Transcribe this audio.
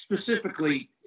specifically